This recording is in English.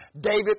David